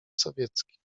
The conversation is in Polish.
sowieckich